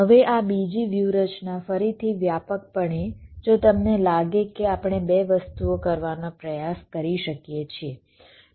હવે આ બીજી વ્યૂહરચના ફરીથી વ્યાપકપણે જો તમને લાગે કે આપણે બે વસ્તુઓ કરવાનો પ્રયાસ કરી શકીએ છીએ